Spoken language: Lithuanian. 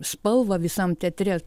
spalvą visam teatre